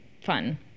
fun